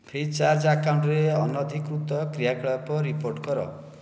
Freecharge ଆକାଉଣ୍ଟରେ ଅନଧିକୃତ କ୍ରିୟାକଳାପ ରିପୋର୍ଟ କର